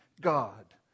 God